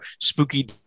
spooky